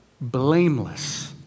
blameless